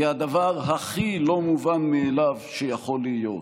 היא הדבר הכי לא מובן מאליו שיכול להיות.